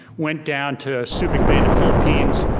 went down to subic bay, the philippines,